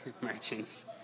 Merchants